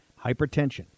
Hypertension